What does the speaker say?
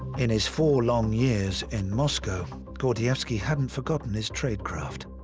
in his four long years in moscow, gordievsky hadn't forgotten his trade-craft,